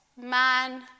man